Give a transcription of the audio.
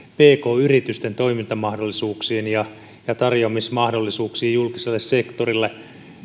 pk yritysten toimintamahdollisuuksiin ja ja tarjoamismahdollisuuksiin julkiselle sektorille